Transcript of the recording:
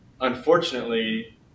unfortunately